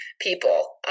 people